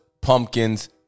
pumpkins